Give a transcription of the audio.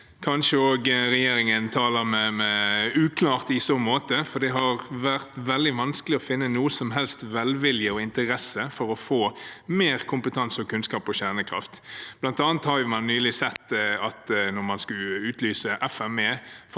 kanskje fordi regjeringen taler uklart i så måte, for det har vært veldig vanskelig å finne noen som helst velvilje og interesse for å få mer kompetanse på og kunnskap om kjernekraft. Blant annet har man nylig sett at når man skulle utlyse FME,